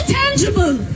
tangible